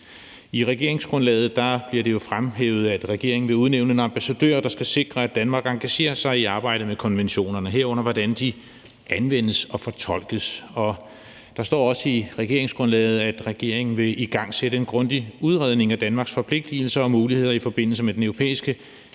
I regeringsgrundlaget bliver det jo fremhævet, at regeringen vil udnævne en ambassadør, der skal sikre, at Danmark engagerer sig i arbejdet med konventionerne, herunder hvordan de anvendes og fortolkes, og der står i regeringsgrundlaget også, at regeringen vil igangsætte en grundig udredning af Danmarks forpligtigelser og muligheder i forbindelse med Den Europæiske